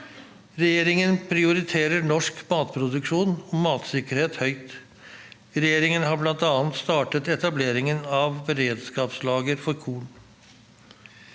Regjeringen prioriterer norsk matproduksjon og matsikkerhet høyt. Regjeringen har bl.a. startet etableringen av beredskapslager for korn.